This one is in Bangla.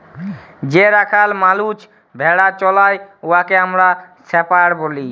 যে রাখাল মালুস ভেড়া চরাই উয়াকে আমরা শেপাড় ব্যলি